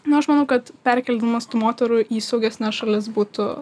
nu aš manau kad perkeldimas tų moterų į saugesnes šalis būtų